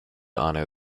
honor